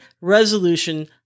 resolution